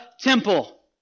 temple